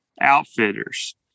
outfitters